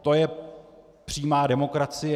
To je přímá demokracie.